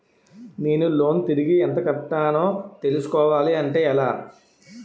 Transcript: నేను లోన్ తిరిగి ఎంత కట్టానో తెలుసుకోవాలి అంటే ఎలా?